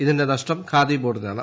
ഇതിന്റെ നഷ്ടം ഖാദി ബോർഡിനാണ്